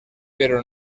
però